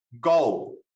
goal